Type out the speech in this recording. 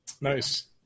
Nice